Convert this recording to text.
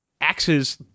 axes